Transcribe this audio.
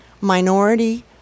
minority